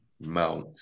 Mount